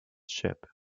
ship